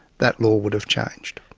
that law would have changed.